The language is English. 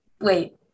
wait